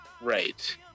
right